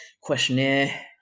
questionnaire